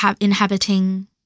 inhabiting